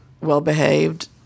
well-behaved